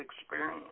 experience